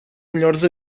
melhores